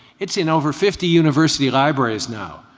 it's in over fifty university libraries now.